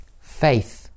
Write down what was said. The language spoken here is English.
Faith